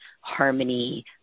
harmony